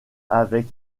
avec